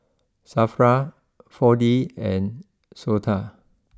Safra four D and Sota